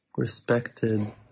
respected